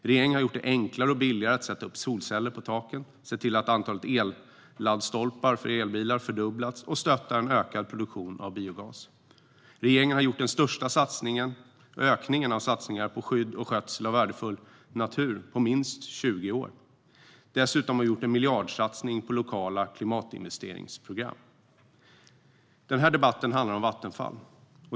Regeringen har gjort det enklare och billigare att sätta upp solceller på taken, sett till att antalet elladdstolpar för elbilar har fördubblats och har stöttat en ökad produktion av biogas. Regeringen har gjort den största ökningen av satsningar på skydd och skötsel av värdefull natur på minst 20 år. Vi har dessutom gjort en miljardsatsning på lokala klimatinvesteringsprogram. Den här debatten handlar om Vattenfall.